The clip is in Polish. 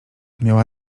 miała